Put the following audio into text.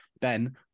Ben